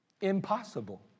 Impossible